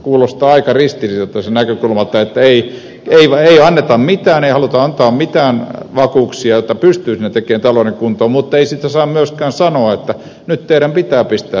kuulostaa aika ristiriitaiselta näkökulmalta että ei haluta antaa mitään vakuuksia jotta ne pystyisivät saamaan talouden kuntoon mutta ei sitten myöskään saa sanoa että nyt teidän pitää pistää se talous kuntoon